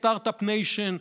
סטרטאפ ניישן,